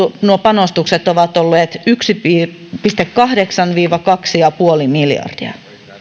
nuo panostukset ovat olleet yksi pilkku kahdeksan viiva kaksi pilkku viisi miljardia